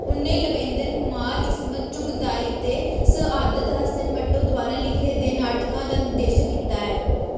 उ'नैं लवेंदर कुमार इस्मत चुगताई ते सआदत हसन मंटो द्वारा लिखे दे नाटकां दा निर्देशन कीता ऐ